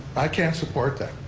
i can't support that.